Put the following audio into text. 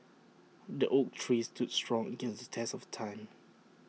the oak tree stood strong against the test of time